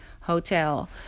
Hotel